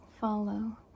follow